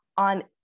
on